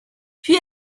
puis